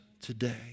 today